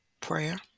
prayer